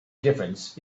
difference